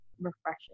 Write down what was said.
refreshing